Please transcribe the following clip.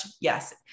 Yes